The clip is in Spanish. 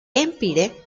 empire